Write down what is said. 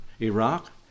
Iraq